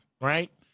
right